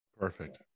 Perfect